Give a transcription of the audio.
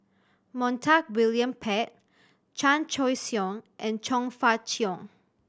Montague William Pett Chan Choy Siong and Chong Fah Cheong